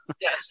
yes